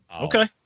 Okay